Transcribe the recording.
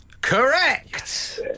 Correct